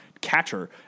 catcher